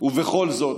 ובכל זאת,